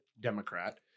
Democrat